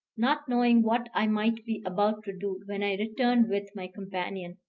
not knowing what i might be about to do, when i returned with my companion.